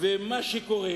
מה שקורה